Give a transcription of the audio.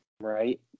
Right